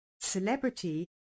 celebrity